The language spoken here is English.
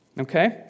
Okay